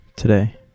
Today